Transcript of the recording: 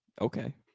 Okay